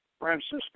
Francisco